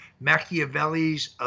Machiavelli's